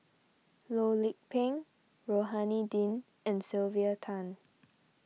Loh Lik Peng Rohani Din and Sylvia Tan